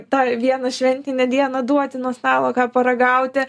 tą vieną šventinę dieną duoti nuo stalo ką paragauti